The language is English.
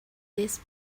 this